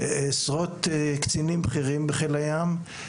עשרות קצינים בכירים בחיל הים,